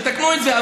שיתקנו את זה.